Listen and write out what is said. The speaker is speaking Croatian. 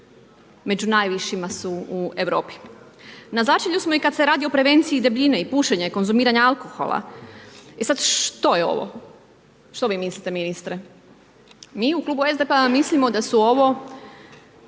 među najvišima su u Europi. Na začelju smo kada se radi o prevenciji debljine i pušenja i konzumiranja alkohola. E sada što je ovo, što vi mislite ministre? Mi u Klubu SDP-a mislimo da su ovo